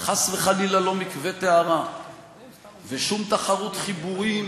וחס וחלילה, לא מקווה טהרה ושום תחרות חיבורים